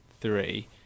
three